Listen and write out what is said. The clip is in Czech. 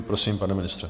Prosím, pane ministře.